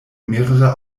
mehrere